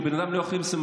כשבן אדם לא יכול מסכה,